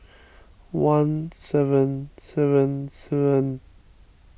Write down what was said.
one seven seven seven